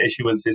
issuances